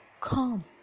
come